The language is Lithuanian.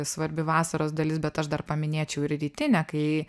svarbi vasaros dalis bet aš dar paminėčiau ir rytinę kai